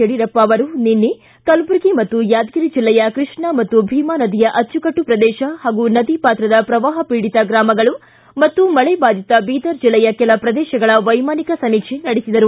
ಯಡಿಯೂರಪ್ಪ ಅವರು ನಿನ್ನೆ ಕಲಬುರಗಿ ಮತ್ತು ಯಾದಗಿರಿ ಜಿಲ್ಲೆಯ ಕೃಷ್ಣಾ ಮತ್ತು ಭೀಮಾ ನದಿಯ ಅಚ್ಚುಕಟ್ಟು ಪ್ರದೇಶ ಹಾಗೂ ನದಿ ಪಾತ್ರದ ಪ್ರವಾಪ ಪೀಡಿತ ಗ್ರಾಮಗಳು ಮತ್ತು ಮಳೆ ಬಾಧಿತ ಬೀದರ ಜಿಲ್ಲೆಯ ಕೆಲ ಪ್ರದೇಶಗಳ ವೈಮಾನಿಕ ಸಮೀಕ್ಷೆ ನಡೆಸಿದರು